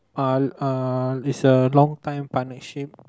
uh uh is a long time partnership